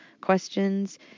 questions